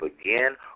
again